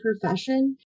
profession